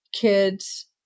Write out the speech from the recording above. kids